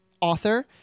author